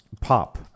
pop